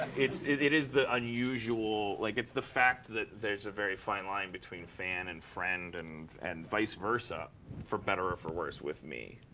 it it is the unusual like, it's the fact that there's a very fine line between fan and friend, and and vice versa for better or for worse, with me.